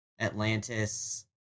Atlantis